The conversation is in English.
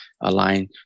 align